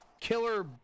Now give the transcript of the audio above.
killer